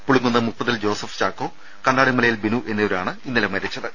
പുളിങ്കുന്ന് മുപ്പതിൽ ജോസഫ് ചാക്കോ കണ്ണാടിമലയിൽ ബിനു എന്നിവരാണ് ഇന്നലെ മരിച്ചത്